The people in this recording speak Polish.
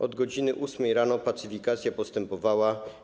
Od godz. 8 rano pacyfikacja postępowała.